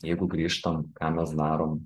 jeigu grįžtam ką mes darom